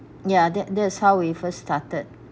ya that that is how we first started